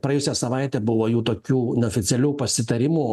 praėjusią savaitę buvo jų tokių neoficialių pasitarimų